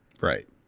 Right